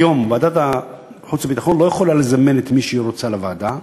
היום ועדת החוץ והביטחון לא יכולה לזמן את מי שהיא רוצה לוועדה.